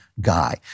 guy